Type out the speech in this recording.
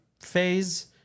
phase